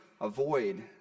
avoid